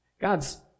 God's